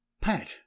Pat